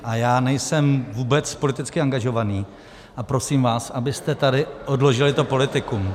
A já nejsem vůbec politicky angažovaný a prosím vás, abyste tady odložili to politikum.